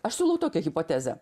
aš siūlau tokią hipotezę